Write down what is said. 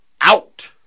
out